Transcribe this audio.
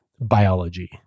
biology